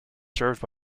served